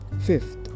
fifth